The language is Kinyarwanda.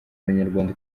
abanyarwanda